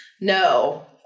No